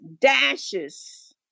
dashes